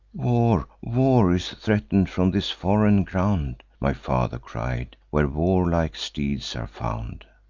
war, war is threaten'd from this foreign ground my father cried, where warlike steeds are found.